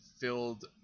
filled